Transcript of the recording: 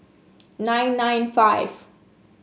nine nine five